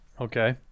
Okay